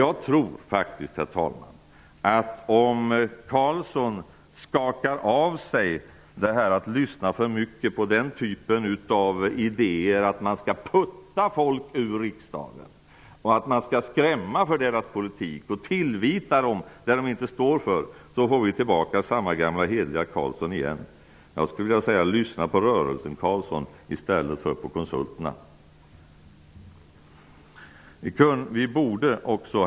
Jag tror att om Carlsson skakar av sig detta att lyssna för mycket på den typen av idéer att putta folk ur riksdagen och att skrämmas med en viss politik och tillvita andra sådant de inte står för, får vi tillbaka samma gamla hederliga Carlsson igen. Lyssna på rörelsen, Carlsson, i stället för på konsulterna. Herr talman!